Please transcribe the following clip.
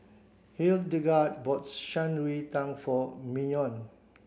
Hildegard bought Shan Rui Tang for Mignon